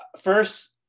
First